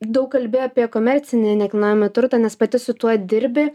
daug kalbėjai apie komercinį nekilnojamą turtą nes pati su tuo dirbi